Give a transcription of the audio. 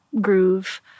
groove